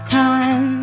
time